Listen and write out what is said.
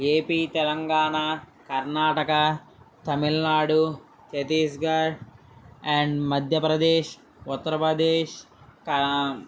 AP Telangana Karnataka Tamil Nadu Chhattisgarh and Madhya Pradesh Uttar Pradesh క